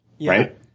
right